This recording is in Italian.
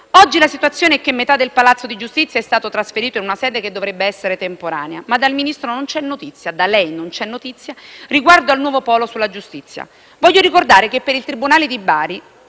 Oggi la situazione è che metà del palazzo di giustizia è stata trasferita in una sede che dovrebbe essere temporanea, ma da lei Ministro, non c'è notizia riguardo al nuovo polo sulla giustizia. Voglio ricordare che per il tribunale di Bari,